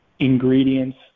ingredients